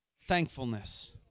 thankfulness